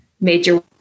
major